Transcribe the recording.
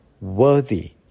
worthy